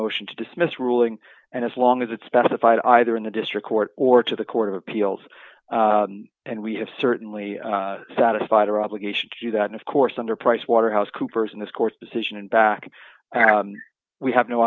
motion to dismiss ruling and as long as it specified either in the district court or to the court of appeals and we have certainly satisfied her obligation to do that and of course under pricewaterhouse coopers in this court's decision and back we have no